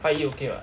拜一 okay [what]